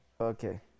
Okay